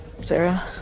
Sarah